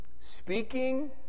Speaking